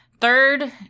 Third